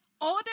order